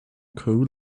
coal